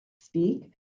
speak